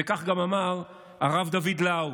וכך גם אמר הרב דוד לאו.